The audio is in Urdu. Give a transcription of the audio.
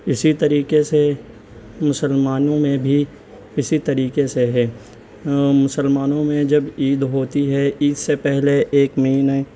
اسی طریقے سے مسلمانوں میں بھی اسی طریقے سے ہے مسلمانوں میں جب عید ہوتی ہے عید سے پہلے ایک مہینے